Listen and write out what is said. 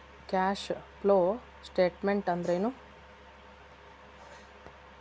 Cash flow statement ಅಂದ್ರೇನು?